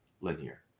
linear